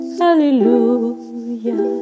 hallelujah